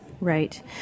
Right